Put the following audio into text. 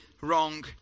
wrong